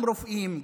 גם רופאים,